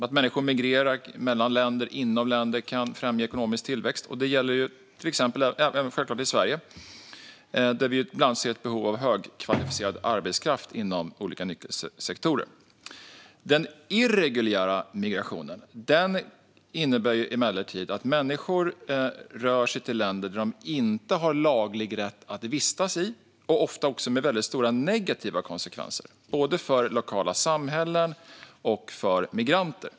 Att människor migrerar mellan länder och inom länder kan främja ekonomisk tillväxt. Det gäller självklart även i Sverige, där vi ibland ser ett behov av högkvalificerad arbetskraft inom olika nyckelsektorer. Den irreguljära migrationen innebär emellertid att människor rör sig till länder där de inte har laglig rätt att vistas, och den får ofta väldigt stora negativa konsekvenser för såväl lokala samhällen som migranter.